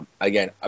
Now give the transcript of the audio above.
Again